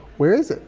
where is it?